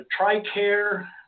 TRICARE